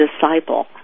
disciple